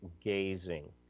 gazing